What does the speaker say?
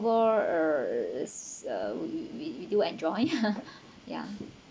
overall uh is uh we we do enjoy ya